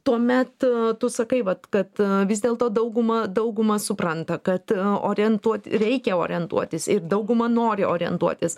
tuomet tu sakai vat kad vis dėlto dauguma dauguma supranta kad orientuot reikia orientuotis ir dauguma nori orientuotis